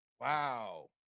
Wow